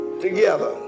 together